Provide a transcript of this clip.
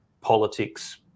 politics